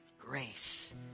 grace